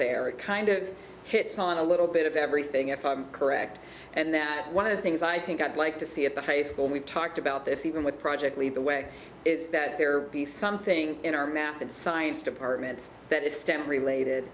there it kind of hits on a little bit of everything else correct and that one of the things i think i'd like to see at the high school we've talked about this even with project lead the way is that there be something in our math and science departments that is stem related